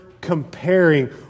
comparing